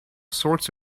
sorts